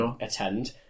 Attend